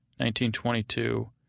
1922